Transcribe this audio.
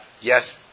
Yes